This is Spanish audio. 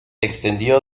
extendió